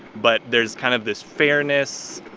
but there's kind of this fairness,